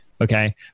Okay